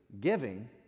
giving